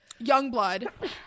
Youngblood